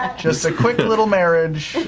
just a quick little marriage.